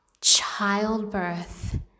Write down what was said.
childbirth